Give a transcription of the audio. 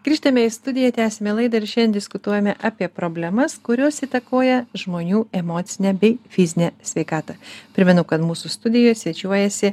grįžtame į studiją tęsiame laidą ir šiandien diskutuojame apie problemas kurios įtakoja žmonių emocinę bei fizinę sveikatą primenu kad mūsų studijoje svečiuojasi